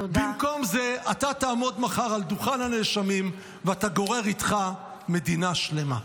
במקום זה אתה תעמוד מחר על דוכן הנאשמים ואתה גורר איתך מדינה שלמה.